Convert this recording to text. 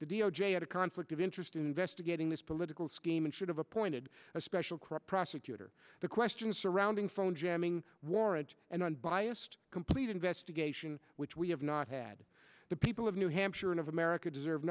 the d o j had a conflict of interest in investigating this political scheme and should have appointed a special crop prosecutor the questions surrounding phone jamming warrant and unbiased complete investigation which we have not had the people of new hampshire and of america deserve